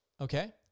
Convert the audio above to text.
okay